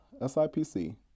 SIPC